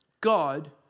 God